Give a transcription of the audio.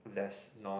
less non